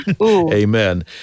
amen